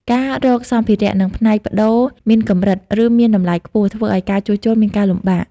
ការរកសម្ភារៈ និងផ្នែកប្តូរមានកម្រិត ឬមានតម្លៃខ្ពស់ ធ្វើឲ្យការជួសជុលមានការលំបាក។